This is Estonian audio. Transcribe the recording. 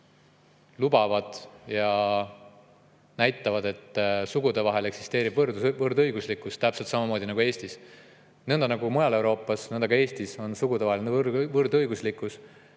mis [kehtestavad], et sugude vahel eksisteerib võrdõiguslikkus täpselt samamoodi nagu Eestis. Nõnda nagu mujal Euroopas, on ka Eestis sugudevaheline võrdõiguslikkus